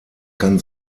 kann